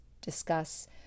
discuss